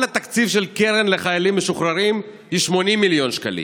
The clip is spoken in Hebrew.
כל התקציב של הקרן לחיילים משוחררים הוא 80 מיליון שקלים.